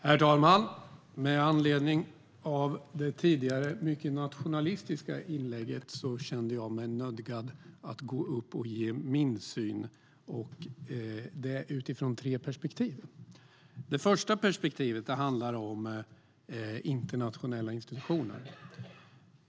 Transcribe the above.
Herr talman! Med anledning av det tidigare mycket nationalistiska inlägget kände jag mig nödgad att gå upp och ge min syn på saken. Jag gör det utifrån tre perspektiv. Det första perspektivet handlar om internationella institutioner.